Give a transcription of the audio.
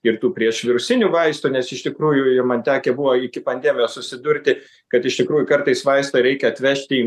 ir tų priešvirusinių vaistų nes iš tikrųjų ir man tekę buvo iki pandemijos susidurti kad iš tikrųjų kartais vaistą reikia atvežti